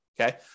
okay